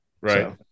Right